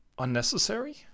unnecessary